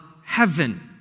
heaven